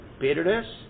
bitterness